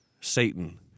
Satan